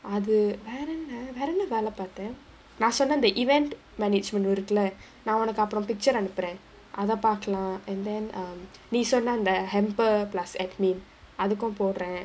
அது வேறென்ன வேறென்ன வேல பாத்த நா சொன்ன அந்த:athu verenna verenna vela paatha naa sonna andha event management இருக்குல நா உனக்கு அப்பறம்:irukkula naa unakku apparam picture அனுப்புறேன் அத பாக்கலா:anuppuraen atha paakkalaa and then um நீ சொன்ன அந்த:nee sonna andha hamper plus admin அதுக்கும் போடுறேன்:athukkum poduraen